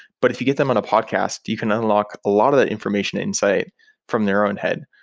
but if you get them on a podcast, you can unlock a lot of the information insight from their own head.